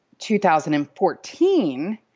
2014